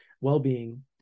well-being